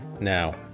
now